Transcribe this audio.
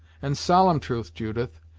and solemn truth, judith,